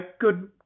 Good